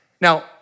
Now